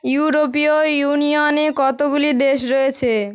ইউরোপীয় ইউনিয়নে কতগুলি দেশ রয়েছে